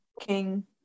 king